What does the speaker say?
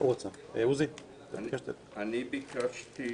ביקשתי